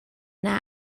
yna